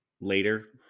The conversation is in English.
later